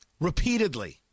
Repeatedly